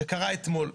שקרה אתמול.